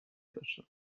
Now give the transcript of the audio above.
داشتند